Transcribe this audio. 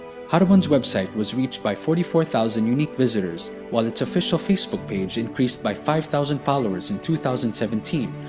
haribon's website was reached by forty four thousand unique visitors while its official facebook page increased by five thousand followers in two thousand and seventeen,